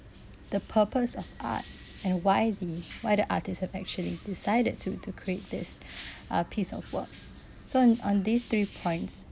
the purpose of art and why the why the artist have actually decided to to create this uh piece of work so on on these three points